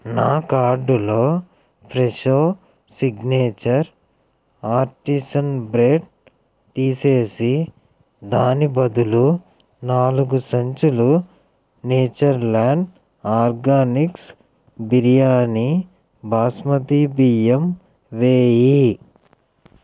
నా కార్డులో Fresho signature artisan bread తీసేసి దానికి బదులు నాలుగు సంచులు Nature Land Organics biryani basmati బియ్యం వేయి